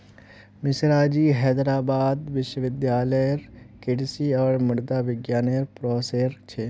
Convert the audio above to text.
मिश्राजी हैदराबाद विश्वविद्यालय लेरे कृषि और मुद्रा विज्ञान नेर प्रोफ़ेसर छे